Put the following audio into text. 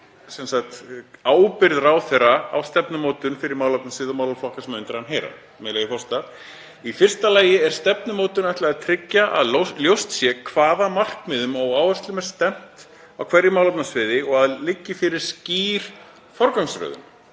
um ábyrgð ráðherra á stefnumótun fyrir málefnasvið og málaflokka sem undir hann heyra, með leyfi forseta: „Í fyrsta lagi er stefnumótun ætlað að tryggja að ljóst sé að hvaða markmiðum og áherslum stefnt er á hverju málefnasviði og að fyrir liggi skýr forgangsröðun,